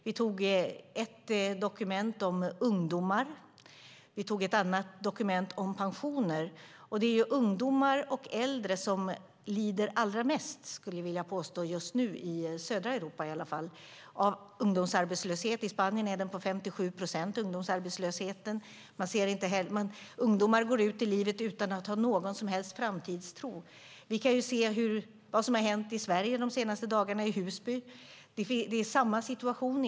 Vi antog ett dokument om ungdomar, och vi antog ett annat dokument om pensioner. Det är ungdomar och äldre som lider allra mest, skulle jag vilja påstå, just nu - i södra Europa i alla fall. Ungdomsarbetslösheten i Spanien är 57 procent. Ungdomar går ut i livet utan att ha någon som helst framtidstro. Vi kan se vad som har hänt i Husby i Sverige de senaste dagarna. Det är egentligen samma situation.